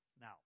Now